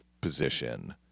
position